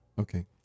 Okay